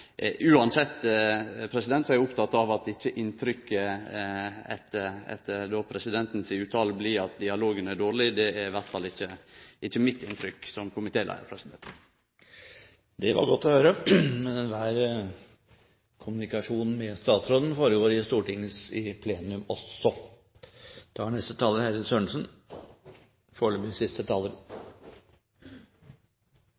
er oppteken av at ikkje inntrykket etter presidenten si uttale blir at dialogen er dårleg. Det er i alle fall ikkje mitt inntrykk som komitéleiar. Det var godt å høre. Kommunikasjonen med statsråden bør foregå i plenum i Stortinget – også.